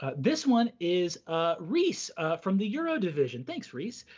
ah this one is ah reese from the euro division. thanks, reese.